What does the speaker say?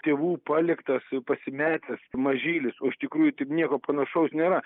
tėvų paliktas pasimetęs mažylis o iš tikrųjų taip nieko panašaus nėra